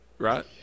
right